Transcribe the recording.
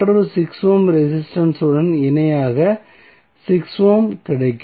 மற்றொரு 6 ohm resistance உடன் இணையாக 6 ஓம் கிடைக்கும்